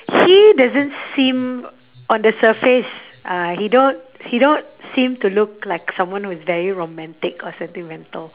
he doesn't seem on the surface uh he don't he don't seem to look like someone who's very romantic or sentimental